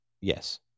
Yes